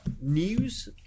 news